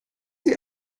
sie